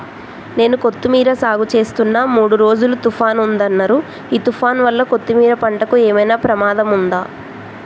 నేను కొత్తిమీర సాగుచేస్తున్న మూడు రోజులు తుఫాన్ ఉందన్నరు ఈ తుఫాన్ వల్ల కొత్తిమీర పంటకు ఏమైనా ప్రమాదం ఉందా?